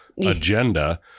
agenda